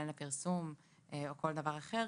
בין לפרסום או כל דבר אחר,